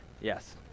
Yes